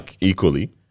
equally